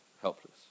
helpless